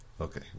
Okay